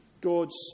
God's